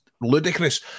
ludicrous